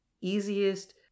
easiest